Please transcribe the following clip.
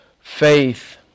faith